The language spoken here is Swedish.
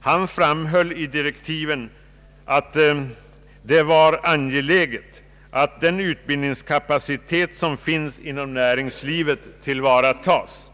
Han framhöll i direktiven att det var angeläget att den utbildningskapacitet som finns inom näringslivet tillvaratas.